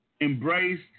embraced